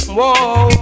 Whoa